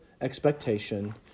expectation